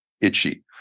itchy